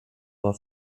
war